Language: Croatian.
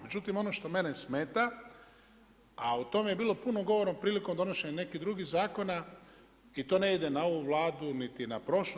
Međutim, ono što mene smeta a o tome je bilo puno govora prilikom donošenja nekih drugih zakona i to ne ide na ovu Vladu niti na prošlu.